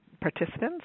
participants